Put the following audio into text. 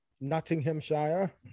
nottinghamshire